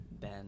Ben